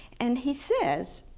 and he says,